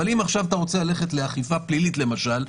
אם אתה רוצה ללכת לאכיפה פלילית למשל,